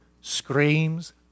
screams